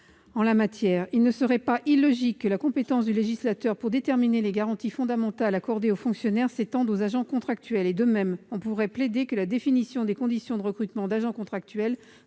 en la matière. Il ne serait pas illogique que la compétence du législateur pour déterminer les garanties fondamentales accordées aux fonctionnaires soit étendue aux agents contractuels. De même, on pourrait plaider que la définition des conditions de recrutement d'agents contractuels